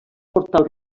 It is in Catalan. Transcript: portal